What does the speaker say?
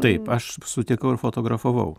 taip aš sutikau ir fotografavau